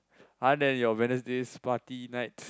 other than your Wednesdays party nights